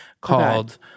called